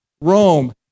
Rome